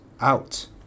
out